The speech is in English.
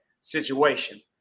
situation